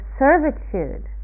servitude